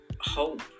hope